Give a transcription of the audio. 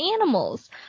animals